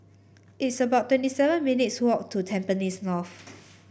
it's about twenty seven minutes' walk to Tampines North